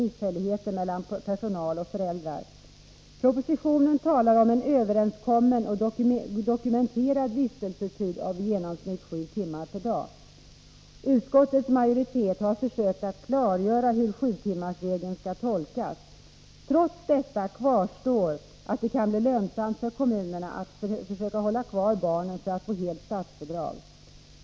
misshälligheter mellan personal och föräldrar. Propositionen talar om en överenskommen och dokumenterad vistelsetid av i genomsnitt sju timmar per dag. Utskottets majoritet har försökt klargöra hur sjutimmarsregeln skall tolkas. Trots detta kvarstår att det kan bli lönsamt för kommunerna att försöka hålla kvar barnen för att få helt statsbidrag.